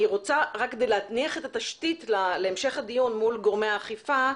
אני רוצה להניח תשתית בפני גורמי האכיפה,